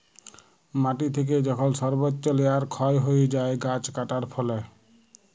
মাটি থেকে যখল সর্বচ্চ লেয়ার ক্ষয় হ্যয়ে যায় গাছ কাটার ফলে